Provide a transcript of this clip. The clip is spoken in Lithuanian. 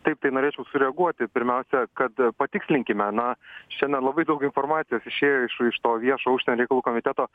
taip tai norėčiau sureaguoti pirmiausia kad patikslinkime na šiandien labai daug informacijos išėjo iš iš to viešo užsienio reikalų komiteto